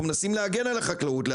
אנחנו מנסים להגן על החקלאות.